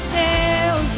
tell